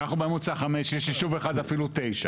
אנחנו במועצה חמש, שש, יש ישוב אחד אפילו תשע.